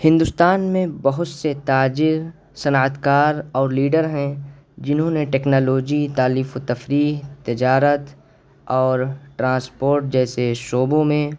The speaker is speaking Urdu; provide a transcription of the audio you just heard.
ہندوستان میں بہت سے تاجر صنعت کار اور لیڈر ہیں جنہوں نے ٹیکنالوجی تالیف و تفریح تجارت اور ٹرانسپورٹ جیسے شعبوں میں